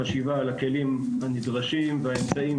איזה שהיא חשיבה על הכלים הנדרשים והאמצעים